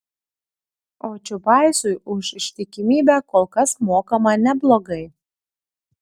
o čiubaisui už ištikimybę kol kas mokama neblogai